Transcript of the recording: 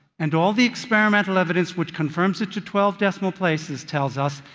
and all the experimental evidence which confirms it to twelve decimal places tells us,